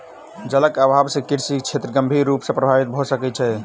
जलक अभाव से कृषि क्षेत्र गंभीर रूप सॅ प्रभावित भ सकै छै